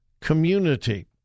community